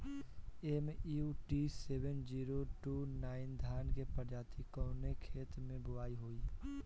MUT seven zero two nine धान के प्रजाति कवने खेत मै बोआई होई?